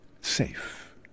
safe